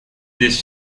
здесь